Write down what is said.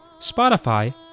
Spotify